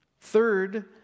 Third